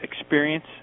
experience